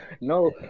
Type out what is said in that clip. no